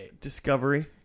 Discovery